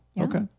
Okay